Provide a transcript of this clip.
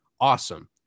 awesome